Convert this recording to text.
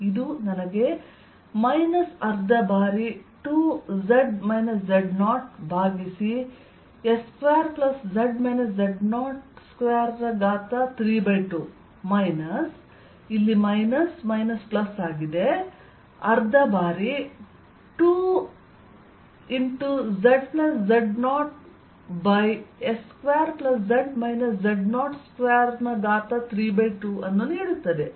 ಇದು ನನಗೆ 12 ಬಾರಿ 2 ಭಾಗಿಸಿ s2z z02ರ ಘಾತ 32 ಮೈನಸ್ ಇಲ್ಲಿ ಮೈನಸ್ ಮೈನಸ್ ಪ್ಲಸ್ ಆಗಿದೆ 12 ಬಾರಿ 2z z0 ಭಾಗಿಸಿ s2z z02ರ ಘಾತ 32 ನೀಡುತ್ತದೆ